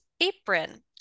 apron